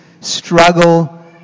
struggle